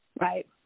Right